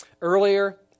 Earlier